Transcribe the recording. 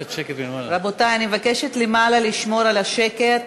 רבותי, אני מבקשת, למעלה לשמור על השקט.